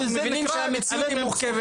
מהמציאות.